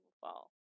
fall